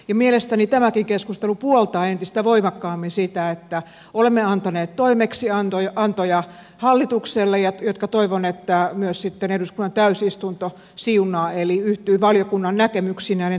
mielestäni tämäkin keskustelu puoltaa entistä voimakkaammin sitä että olemme antaneet toimeksiantoja hallitukselle jotka toivon että myös sitten eduskunnan täysistunto siunaa eli yhtyy valiokunnan näkemyksiin näiden toimeksiantojen osalta